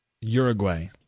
Uruguay